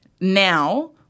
now